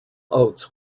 oates